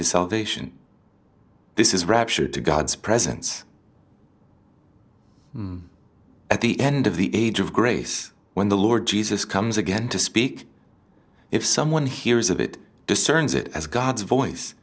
his salvation this is rapture to god's presence at the end of the age of grace when the lord jesus comes again to speak if someone hears of it discerns it as god's voice